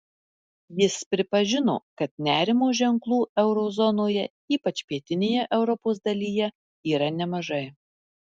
jis pripažino kad nerimo ženklų euro zonoje ypač pietinėje europos dalyje yra nemažai